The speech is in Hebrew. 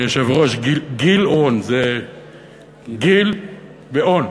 היושב-ראש, גילאון, זה גיל ואון.